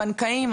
הבנקאים,